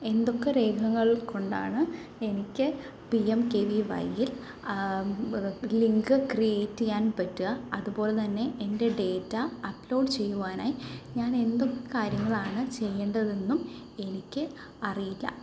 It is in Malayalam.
എന്തൊക്കെ രേഖങ്ങൾ കൊണ്ടാണ് എനിക്ക് P M K V Y യിൽ ലിങ്ക് ക്രിയേറ്റ് ചെയ്യാൻ പറ്റുക അതുപോലെതന്നെ എന്റെ ഡേറ്റ അപ്ലോഡ് ചെയ്യുവാനായി ഞാൻ എന്തൊക്കെ കാര്യങ്ങളാണ് ചെയ്യേണ്ടതെന്നും എനിക്ക് അറിയില്ല